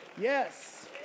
Yes